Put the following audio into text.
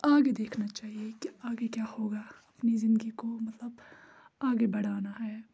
آگے دیکھنا چاہیے کہِ آگے کیا ہوگا اپنی زندگی کو مطلب آگے بڑانا ہے